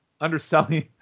underselling